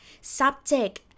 subject